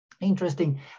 interesting